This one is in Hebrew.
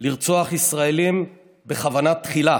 לרצוח ישראלים בכוונה תחילה.